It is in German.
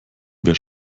wer